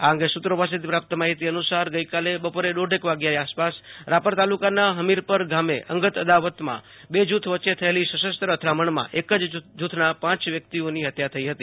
આ અંગે સુ ત્રો પાસેથી પ્રાપ્ત માહિતી અનુસાર ગઈકાલે બપોરે દોઢ વાગ્યે રાપર તાલુકાના હમિરપર ગામે અંગત અદાવતમાં બે જુથ વચ્ચે થયેલી સશસ્ત્ર અથડામણમાં એક જ જુથના પાંચ વ્યક્તિઓની ફત્યા થઈ હતી